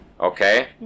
Okay